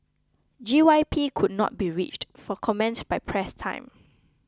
G Y P could not be reached for comment by press time